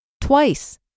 twice